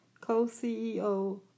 co-CEO